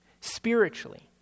spiritually